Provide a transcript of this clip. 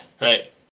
right